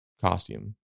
costume